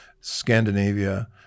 Scandinavia